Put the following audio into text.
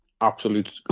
absolute